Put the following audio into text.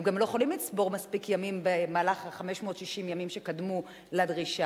הם גם לא יכולים לצבור מספיק ימים במהלך 560 הימים שקדמו לדרישה,